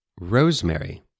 rosemary